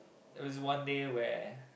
it was one day where